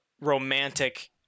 romantic